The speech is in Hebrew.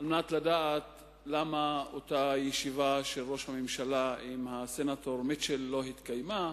כדי לדעת למה אותה ישיבה של ראש הממשלה עם הסנטור מיטשל לא התקיימה.